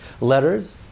letters